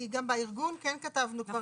כי גם בארגון כן כתבנו פה.